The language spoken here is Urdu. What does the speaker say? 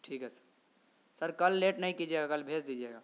ٹھیک ہے سر سر کل لیٹ نہیں کیجیے گا کل بھیج دیجیے گا